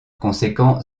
conséquent